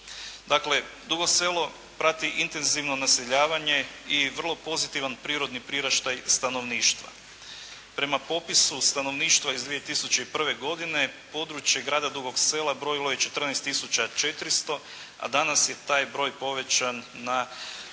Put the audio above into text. Dakle, Dugo Selo prati intenzivno naseljavanje i vrlo pozitivan prirodni priraštaj stanovništva. Prema popisu stanovništva iz 2001. godine područje Grada Dugog Sela brojilo je 14 tisuća 400, a danas je taj broj povećan na